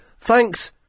Thanks